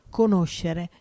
conoscere